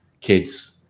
kids